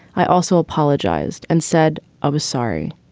i also apologized and said i was sorry.